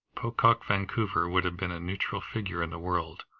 pocock vancouver would have been a neutral figure in the world,